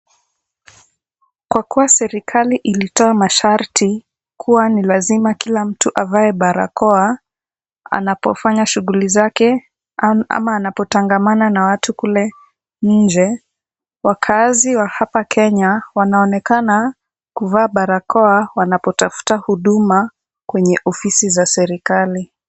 Kwa kuwa serikali ilitoa masharti kuwa ni lazima kila mtu avae barakoa anapofanya shughuli zake ama anapotangamana na watu kule nje, wakaazi wa hapa Kenya wanaonekana kuvaa barakoa wanapotafuta huduma kwenye ofisi za serikali.